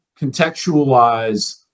contextualize